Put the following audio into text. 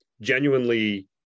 genuinely